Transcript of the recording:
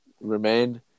remain